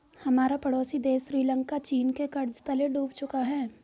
हमारा पड़ोसी देश श्रीलंका चीन के कर्ज तले डूब चुका है